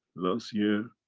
last year,